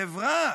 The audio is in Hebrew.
חברה